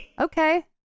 Okay